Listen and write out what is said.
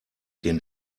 den